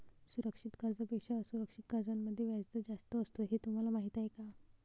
सुरक्षित कर्जांपेक्षा असुरक्षित कर्जांमध्ये व्याजदर जास्त असतो हे तुम्हाला माहीत आहे का?